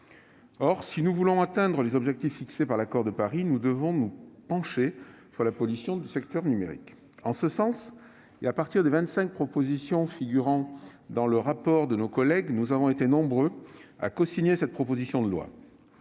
Or, si nous voulons atteindre les objectifs fixés par l'Accord de Paris, nous devons nous pencher sur la pollution du secteur numérique. En ce sens et à partir des vingt-cinq propositions figurant dans le rapport de nos collègues, nous avons été nombreux à cosigner cette proposition de loi.